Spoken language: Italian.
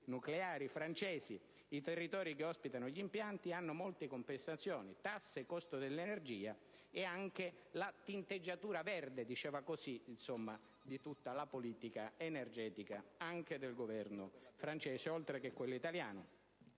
nucleari francesi. I territori che ospitano gli impianti hanno molte compensazioni: tasse, costo dell'energia», e anche la tinteggiatura verde; diceva così, insomma, di tutta la politica energetica anche del Governo francese, oltre che di quello italiano.